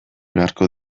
beharko